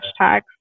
hashtags